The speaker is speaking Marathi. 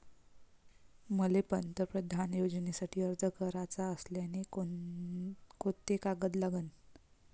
मले पंतप्रधान योजनेसाठी अर्ज कराचा असल्याने कोंते कागद लागन?